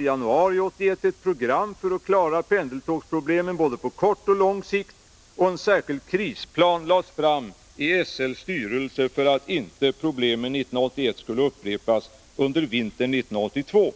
I januari 1981 lades det fram ett program för att klara pendeltågsproblemen på både kort och lång sikt, och en särskild krisplan lades fram i SL:s styrelse för att inte problemen 1981 skulle upprepas under vintern 1982.